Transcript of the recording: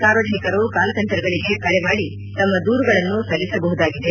ಸಾರ್ವಜನಿಕರು ಕಾಲ್ಸೆಂಟರುಗಳಿಗೆ ಕರೆ ಮಾಡಿ ತಮ್ಮ ದೂರುಗಳನ್ನು ಸಲ್ಲಿಸಬಹುದಾಗಿದೆ